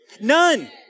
none